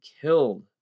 killed